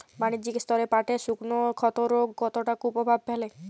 বাণিজ্যিক স্তরে পাটের শুকনো ক্ষতরোগ কতটা কুপ্রভাব ফেলে?